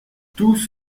tous